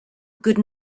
good